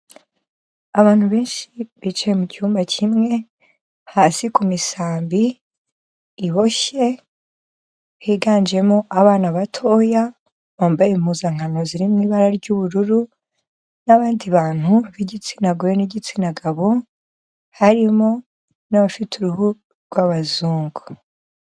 Abantu benshi bicaye mu cyumba kimwe, hasi ku misambi iboshye, higanjemo abana batoya, bambaye impuzankano ziri mu ibara ry'ubururu n'abandi bantu b'igitsina gore n'igitsina gabo, harimo n'abafite uruhu rw'abazungu.